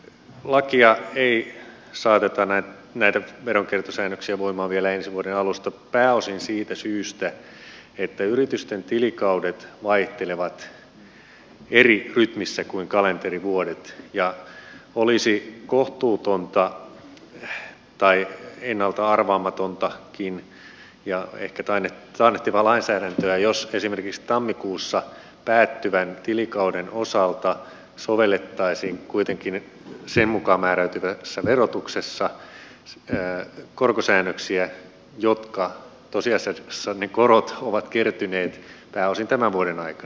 lakia näitä veronkiertosäännöksiä ei saateta voimaan vielä ensi vuoden alusta pääosin siitä syystä että yritysten tilikaudet vaihtelevat eri rytmissä kuin kalenterivuodet ja olisi kohtuutonta tai ennalta arvaamatontakin ja ehkä taannehtivaa lainsäädäntöä jos esimerkiksi tammikuussa päättyvän tilikauden osalta sovellettaisiin kuitenkin sen mukaan määräytyvässä verotuksessa korkosäännöksiä vaikka tosiasiassa ne korot ovat kertyneet pääosin tämän vuoden aikana